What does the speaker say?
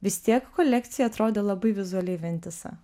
vis tiek kolekcija atrodė labai vizualiai vientisa